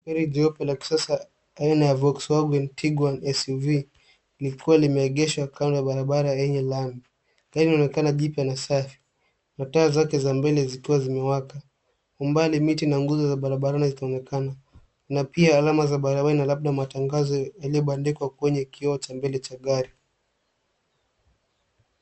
Gari jeupe la kisasa aina ya Volkwagen Tiguan SUV likiwa limeegeshwa kando ya barabara yenye lami na linaonekana jipya na safi, na taa zake za mbele zikiwa zimewaka. Kwa umbali, miti na nguzo za barabara zinaonekana na pia alama za barabara na labda matangazo yaliyobandikwa kwenye kioo cha mbele cha gari.